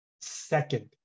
Second